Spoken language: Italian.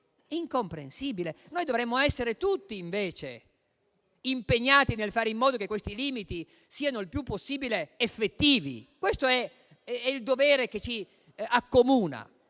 incomprensibile. Noi dovremmo essere tutti, invece, impegnati nel fare in modo che questi limiti siano il più possibile effettivi. È il dovere che ci accomuna.